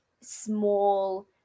small